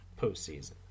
Postseason